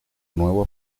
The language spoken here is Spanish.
nuevo